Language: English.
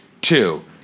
two